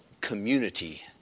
community